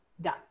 done